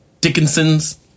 Dickinson's